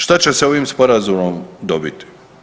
Šta će se ovim Sporazumom dobiti?